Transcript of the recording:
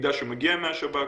למידע שמגיע מהשב"כ.